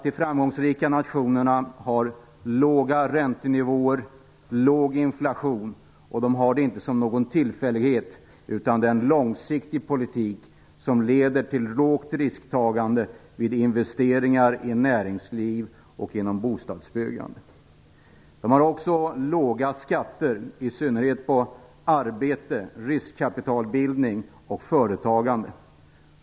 De framgångsrika nationerna har framför allt låga räntenivåer, låg inflation. Det har de inte av en tillfällighet, utan som en följd av en långsiktig politik som leder till lågt risktagande med investeringar i näringsliv och inom bostadsbyggandet. De har också låga skatter, i synnerhet på arbete, riskkapitalbildning och företagande.